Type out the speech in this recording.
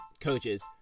coaches